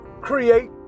create